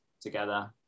together